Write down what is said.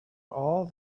all